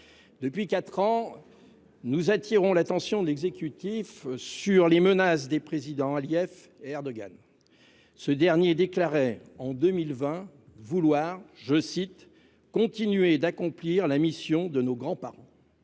Depuis quatre ans, nous attirons l’attention de l’exécutif sur les menaces des présidents Aliyev et Erdogan. Ce dernier a déclaré en 2020 vouloir « continuer d’accomplir la mission de nos grands-parents »…